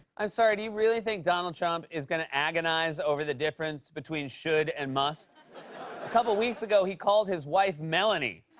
i'm sorry. do you really think donald trump is gonna agonize over the difference between should and must? a couple weeks ago, he called his wife melanie.